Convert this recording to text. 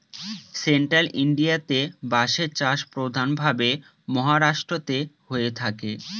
central ইন্ডিয়াতে বাঁশের চাষ প্রধান ভাবে মহারাষ্ট্রেতে হয়ে থাকে